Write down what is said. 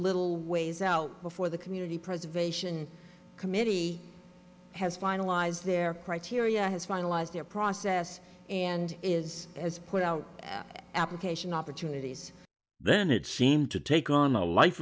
little ways out before the community preservation committee has finalized their criteria has finalised their process and is as put out application opportunities then it seemed to take on a life